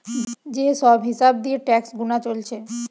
যে সব হিসাব দিয়ে ট্যাক্স গুনা চলছে